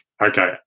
okay